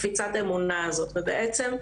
צריכים להשוות את הקפיצת אמונה הזאת ובעצם,